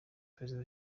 perezida